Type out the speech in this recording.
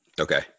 okay